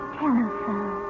telephone